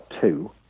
two